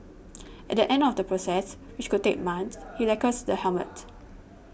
at the end of the process which could take months he lacquers the helmet